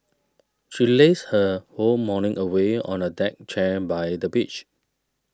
she lazed her whole morning away on a deck chair by the beach